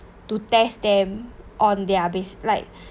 to test them on their basic like